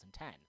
2010